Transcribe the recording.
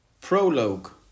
Prologue